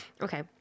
Okay